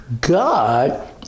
God